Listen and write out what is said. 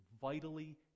vitally